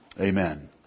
Amen